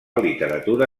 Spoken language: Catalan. literatura